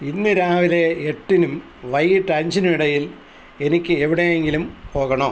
ഇന്ന് രാവിലെ എട്ടിനും വൈകിട്ട് അഞ്ചിനും ഇടയിൽ എനിക്ക് എവിടെയെങ്കിലും പോകണോ